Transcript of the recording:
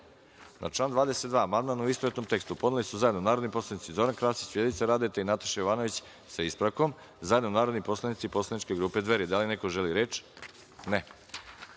član 35. amandman, u istovetnom tekstu, podneli su zajedno narodni poslanici Zoran Krasić, Vjerica Radeta i Nemanja Šarović, i zajedno narodni poslanici Poslaničke grupe Dveri. Da li neko želi reč?